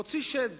הוציא שד